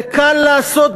זה קל לעשות,